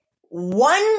One